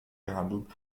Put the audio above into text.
gehandelt